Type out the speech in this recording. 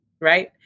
right